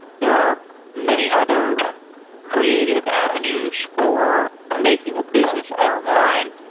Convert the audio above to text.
there are many other creative avenues for making a business online.